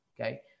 okay